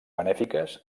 benèfiques